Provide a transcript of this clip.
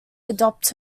adopt